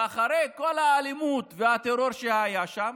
ואחרי כל האלימות והטרור שהיו שם,